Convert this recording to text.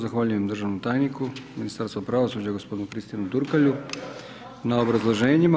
Zahvaljujem državnom tajniku Ministarstva pravosuđa gospodinu Kristijanu Turkalju na obrazloženjima.